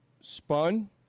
spun